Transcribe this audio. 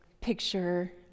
picture